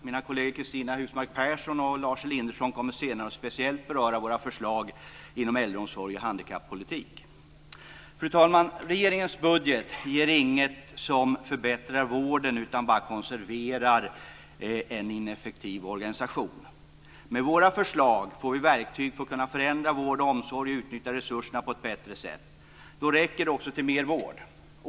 Mina kolleger Cristina Husmark Pehrsson och Lars Elinderson kommer senare att speciellt beröra våra förslag inom äldreomsorg och handikappolitik. Fru talman! Regeringens budget ger inget som förbättrar vården. Den konserverar bara en ineffektiv organisation. Med våra förslag får vi verktyg för att kunna förändra vård och omsorg och utnyttja resurserna på ett bättre sätt. Då räcker de också till mer vård.